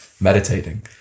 meditating